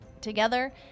together